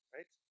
Right